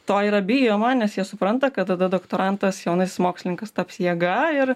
to yra bijoma nes jie supranta kad tada doktorantas jaunasis mokslininkas taps jėga ir